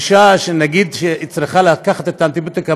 אישה שצריכה לקחת אנטיביוטיקה